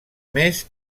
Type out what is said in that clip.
més